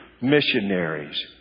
missionaries